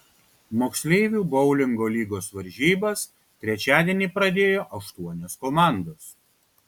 moksleivių boulingo lygos varžybas trečiadienį pradėjo aštuonios komandos